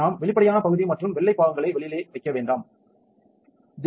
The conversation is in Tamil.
நாம் வெளிப்படையான பகுதி மற்றும் வெள்ளை பாகங்களை வெளியே நேரம் பார்க்கவும் 1842 வைக்க வேண்டாம்